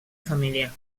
família